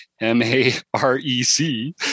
M-A-R-E-C